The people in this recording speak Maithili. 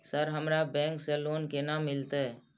सर हमरा बैंक से लोन केना मिलते?